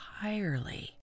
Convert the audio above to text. entirely